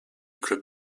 club